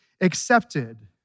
accepted